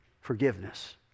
forgiveness